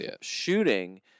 shooting